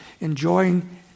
enjoying